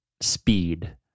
speed